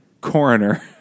coroner